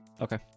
Okay